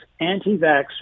anti-vaxxers